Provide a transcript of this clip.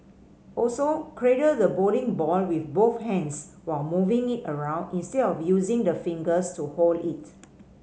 also cradle the bowling ball with both hands while moving it around instead of using the fingers to hold it